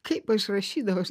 kaip aš rašydavau aš